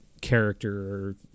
character